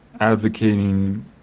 advocating